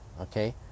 okay